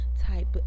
type